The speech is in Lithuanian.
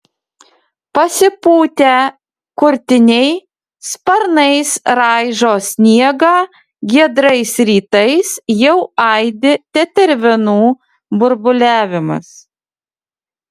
pasipūtę kurtiniai sparnais raižo sniegą giedrais rytais jau aidi tetervinų burbuliavimas